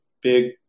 big